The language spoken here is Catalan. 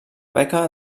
beca